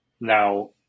now